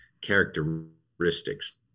characteristics